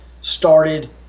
started